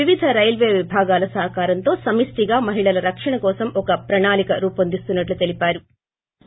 వివిధ రైల్వే విభాగాల సహకారంతో సమిష్టిగా మహిళల రక్షణ కోసం ఒక ప్రణాళిక రూవొందిస్తున్న ట్లు తెలిపారు